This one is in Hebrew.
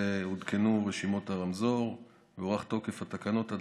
עודכנו רשימות הרמזור והוארך תוקף התקנות עד